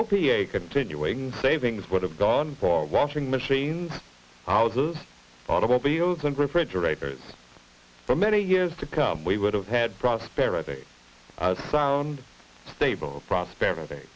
opi a continuing savings would have gone for washing machines houses automobiles and refrigerators for many years to come we would have had prosperity sound stable prosperity